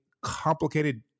complicated